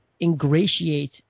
ingratiate